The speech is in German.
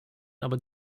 aber